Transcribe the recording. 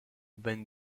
ben